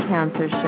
Cancer